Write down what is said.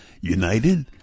united